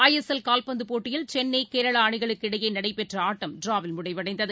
ISL காவ்பந்துப் போட்டியில் சென்னை கேரளாஅணிகளுக்கு இடையேநடைபெற்றஆட்டம் டிராவில் முடிந்தது